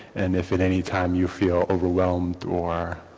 and if at any time you feel overwhelmed or